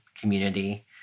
community